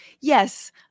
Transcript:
yes